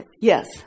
Yes